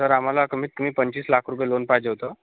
sir आम्हाला कमीत कमी पंचवीस लाख रुपये लोन पाहिजे होतं